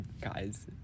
guys